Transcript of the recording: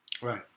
Right